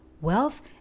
wealth